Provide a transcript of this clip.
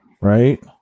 right